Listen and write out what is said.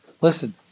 listen